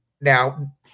Now